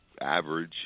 average